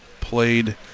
played